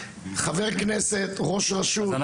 חבר כנסת ראש ראשות,